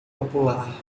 popular